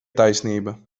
taisnība